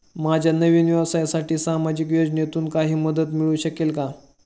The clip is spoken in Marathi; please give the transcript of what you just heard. माझ्या नवीन व्यवसायासाठी सामाजिक योजनेतून काही मदत मिळू शकेल का?